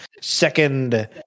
second